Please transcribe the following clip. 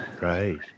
Right